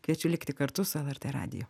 kviečiu likti kartu su lrt radiju